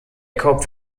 kopf